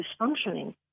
dysfunctioning